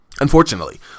unfortunately